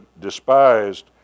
despised